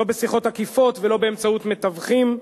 לא בשיחות עקיפות ולא באמצעות מתווכים,